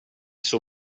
saw